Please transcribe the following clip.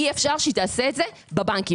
אי אפשר שתעשה זאת בבנקים.